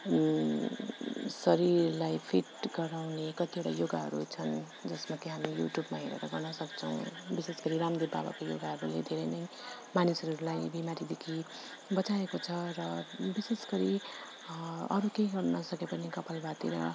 शरीरलाई फिट गराउने कतिवटा योगाहरू छन् जसमा कि हामी युट्युबमा हेरेर गर्न सक्छौँ विशेष गरी रामदेव बाबाको योगाहरू पनि धेरै नै मानिसहरूलाई बिमारीदेखि बचाएको छ र विशेष गरी अरू केही गर्न नसके पनि कपालभाति र